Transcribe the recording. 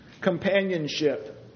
Companionship